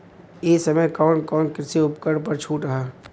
ए समय कवन कवन कृषि उपकरण पर छूट ह?